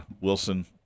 Wilson